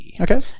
Okay